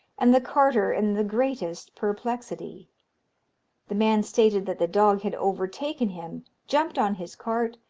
and the carter in the greatest perplexity the man stated that the dog had overtaken him, jumped on his cart,